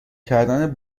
کردن